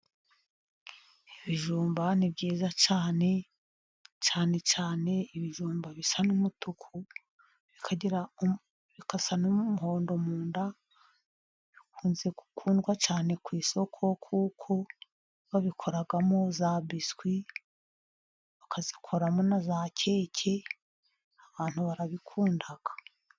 Ibijumba ni byiza cyane, cyane cyane ibijumba bisa n'umutuku, bigasa n'umuhondo mu nda, bikunze gukundwa cyane ku isoko, kuko babikoramo za biswi, bakabikoramo na za keke, abantu barabikunda.